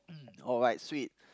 oh right sweet